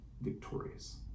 victorious